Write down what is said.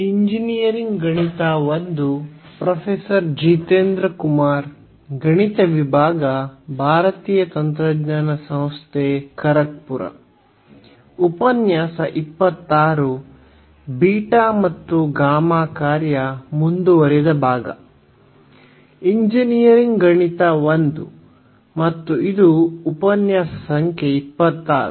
engineering ಗಣಿತ I ಮತ್ತು ಇದು ಉಪನ್ಯಾಸ ಸಂಖ್ಯೆ 26